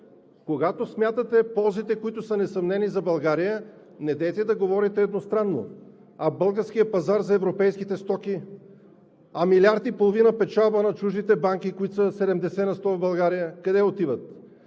когато смятате ползите, които са несъмнени за България, недейте да говорите едностранно. А българският пазар за европейските стоки, а милиард и половина печалба на чуждите банки, които са 70 на сто в България, къде отиват?